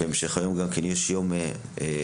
בהמשך היום יהיה כנס מיוחד,